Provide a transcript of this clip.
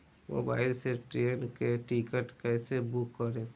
Mobile से train के ticket कैसे बूक करेम?